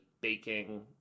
baking